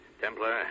Templar